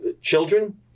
children